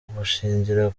bushingira